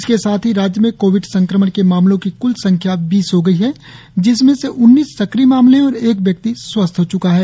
इसके साथ ही राज्य में कोविड संक्रमण के मामलों की क्ल संख्या बीस हो गई है जिसमें से उन्नीस सक्रिय मामले है और एक व्यक्ति स्वस्थ हो च्का है